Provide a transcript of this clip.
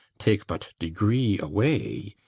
take but degree away,